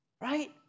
right